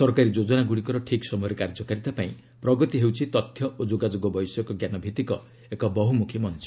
ସରକାରୀ ଯୋଜନାଗୁଡ଼ିକର ଠିକ୍ ସମୟରେ କାର୍ଯ୍ୟକାରିତା ପାଇଁ ପ୍ରଗତି ହେଉଛି ତଥ୍ୟ ଓ ଯୋଗାଯୋଗ ବୈଷୟିକଜ୍ଞାନ ଭିତ୍ତିକ ଏକ ବହୁମୁଖୀ ମଞ୍ଚ